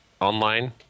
online